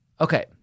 Okay